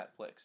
Netflix